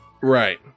Right